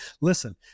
listen